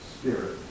spirit